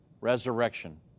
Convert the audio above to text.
resurrection